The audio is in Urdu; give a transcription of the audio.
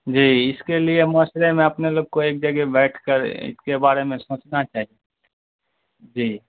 جی اس کے لیے معاشرے میں اپنے لوگ کو ایک جگہ بیٹھ کر اس کے بارے میں سوچنا چاہیے جی